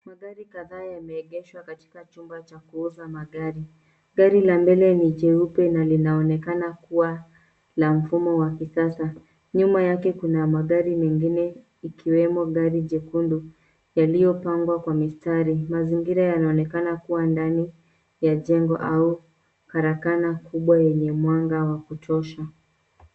Magari kadhaa yameegeshwa katika chumba cha kuuza magari. Gari la mbele n jeupe na linaonekana kuwa la mfumo wa kisasa. Nyuma yake kuna magari mengine ikiwemo gari jekundu yaliyopangwa kwa mistari. Mazingira yanaonekana kuwa ndani ya jengo au karakana kubwa yenye mwanga wa kutosha.